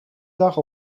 dag